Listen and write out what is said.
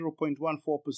0.14%